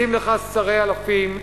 שים לך שרי אלפים,